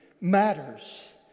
matters